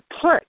put